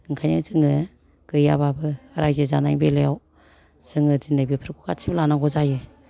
ओंखायनो जोङो गैयाबाबो रायजो जानायनि बेलायाव जोङो दिनै बेफोरखौ गासिबो लानांगौ जायो